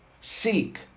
Seek